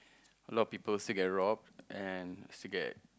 a lot people still get robbed and still get